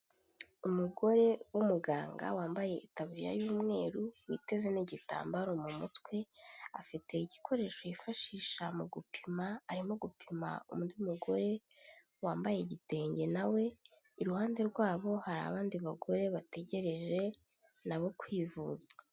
Umugore w'umuganga, wambaye itaburiya y'umweru witeze n'igitambaro mu mutwe, afite igikoresho yifashisha mu gupima, arimo gupima undi mugore wambaye igitenge na we, iruhande rwabo hari abandi bagore bategereje na bo kwivuza.